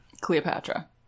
Cleopatra